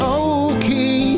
okay